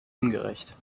ungerecht